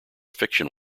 fiction